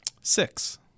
Six